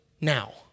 now